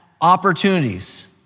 opportunities